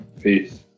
Peace